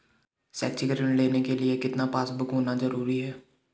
शैक्षिक ऋण लेने के लिए कितना पासबुक होना जरूरी है?